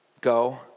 go